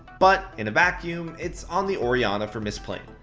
but in a vacuum, it's on the orianna for misplaying,